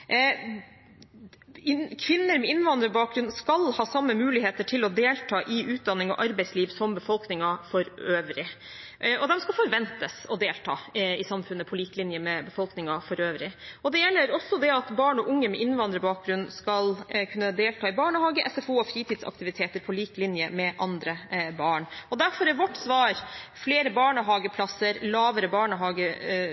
Kvinner med innvandrerbakgrunn skal ha samme muligheter til å delta i utdanning og arbeidsliv som befolkningen for øvrig, og de skal forventes å delta i samfunnet på lik linje med befolkningen for øvrig. Det gjelder også ved at barn og unge med innvandrerbakgrunn skal kunne delta i barnehage, SFO og fritidsaktiviteter på lik linje med andre barn. Derfor er vårt svar flere barnehageplasser, lavere